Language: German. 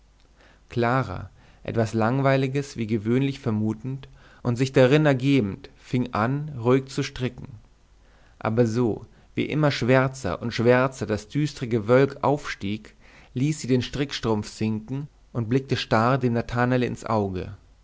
clara etwas langweiliges wie gewöhnlich vermutend und sich darein ergebend fing an ruhig zu stricken aber so wie immer schwärzer und schwärzer das düstre gewölk aufstieg ließ sie den strickstrumpf sinken und blickte starr dem nathanael ins auge